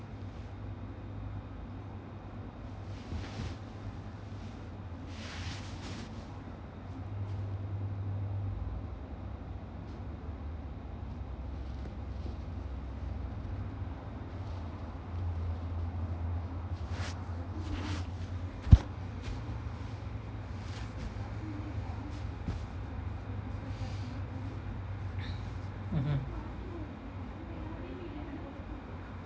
mmhmm